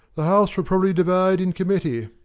the house will probably divide in committee.